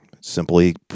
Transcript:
Simply